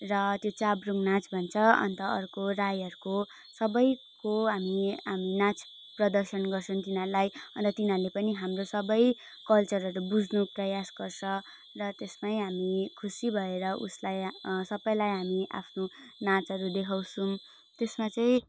र त्यो च्याब्रुङ नाच भन्छ अन्त अर्को राईहरूको सबैको हामी हामी नाच प्रदर्शन गर्छन् तिनीहरूलाई अन्त तिनीहरूले पनि हाम्रो सबै कल्चरहरू बुझ्नु प्रयास गर्छ र त्यसमै हामी खुसी भएर उसलाई सबैलाई हामी आफ्नो नाचहरू देखाउँछौँ त्यसमा चाहिँ